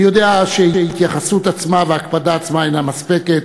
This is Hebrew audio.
אני יודע שההתייחסות עצמה וההקפדה עצמה אינן מספיקות.